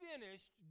finished